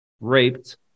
raped